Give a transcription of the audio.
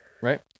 right